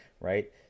right